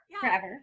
forever